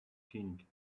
king